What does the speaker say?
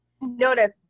notice